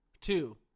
Two